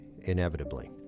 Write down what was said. inevitably